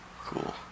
Cool